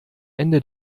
ende